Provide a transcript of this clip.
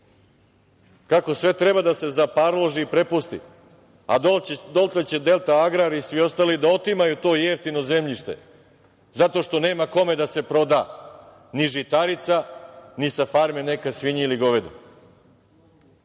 kako sve treba da se zaparloži i prepusti, a dotle će „Delta agrar“ i svi ostali da otimaju to jeftino zemljište zato što nema kome da se proda ni žitarica, ni sa farme neka svinja ili govedo,